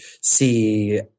see